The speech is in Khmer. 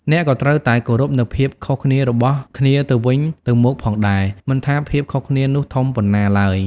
អ្នកក៏ត្រូវតែគោរពនូវភាពខុសគ្នារបស់គ្នាទៅវិញទៅមកផងដែរ មិនថាភាពខុសគ្នានោះធំប៉ុណ្ណាឡើយ។